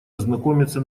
ознакомиться